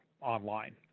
online